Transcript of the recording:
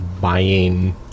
buying